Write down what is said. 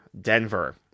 Denver